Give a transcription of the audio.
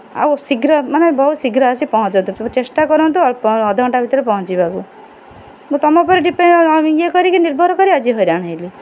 ଆଉ ଶୀଘ୍ର ମାନେ ବହୁତ ଶୀଘ୍ର ଆସି ପହଞ୍ଚନ୍ତୁ ଚେଷ୍ଟା କରନ୍ତୁ ଅଧଘଣ୍ଟା ଭିତରେ ପହଞ୍ଚିବାକୁ ମୁଁ ତୁମ ଉପରେ ଡିପେଣ୍ଡ୍ ଇଏ କରିକି ନିର୍ଭର କରି ଆଜି ହଇରାଣ ହେଲି